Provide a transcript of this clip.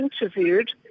interviewed